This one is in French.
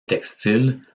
textiles